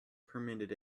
permitted